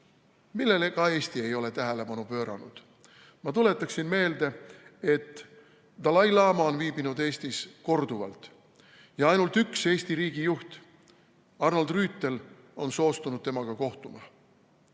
millele ka Eesti ei ole tähelepanu pööranud. Ma tuletan meelde, et dalai-laama on viibinud Eestis korduvalt ja ainult üks Eesti riigi juht, Arnold Rüütel, on soostunud temaga kohtuma.